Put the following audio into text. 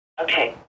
Okay